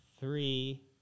Three